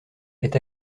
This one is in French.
est